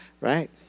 right